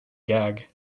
gag